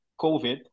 COVID